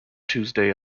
tuesday